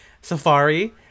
safari